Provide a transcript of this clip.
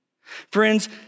Friends